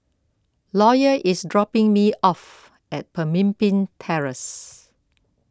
lawyer is dropping me off at Pemimpin Terrace